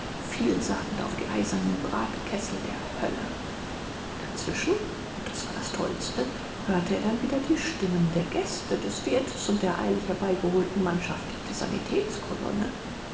vielsagend auf die eisernen bratkessel der hölle dazwischen und das war das tollste hörte er dann wieder die stimmen der gäste des wirtes und der eilig herbeigeholten mannschaft